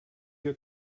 your